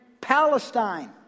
Palestine